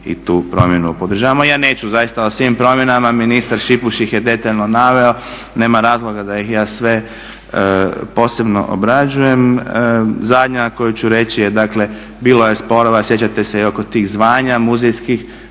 i tu promjenu podržavamo. Ja neću zaista o svim promjenama, ministar Šipuš ih je detaljno naveo, nema razloga da ih ja sve posebno obrađujem. Zadnja koju ću reći je dakle bilo je sporova, sjećate se i oko tih zvanja muzejskih,